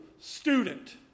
student